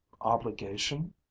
obligation